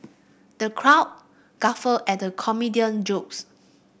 the crowd guffawed at the comedian jokes